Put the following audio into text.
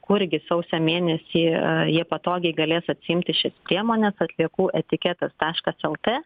kurgi sausio mėnesį jie patogiai galės atsiimti šias priemones atliekų etiketas taškas lt